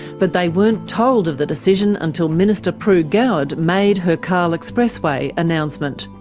but they weren't told of the decision until minister pru goward made her cahill expressway announcement.